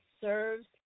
serves